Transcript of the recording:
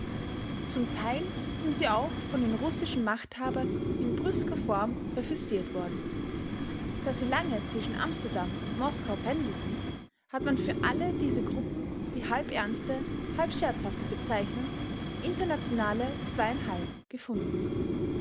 zum teil sind sie auch von den russischen machthabern in brüsker form refüsiert worden da sie lange zwischen amsterdam und moskau pendelten hat man für alle diese gruppen die halb ernste halb scherzhafte bezeichnung internationale gefunden